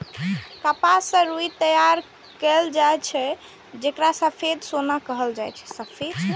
कपास सं रुई तैयार कैल जाए छै, जेकरा सफेद सोना कहल जाए छै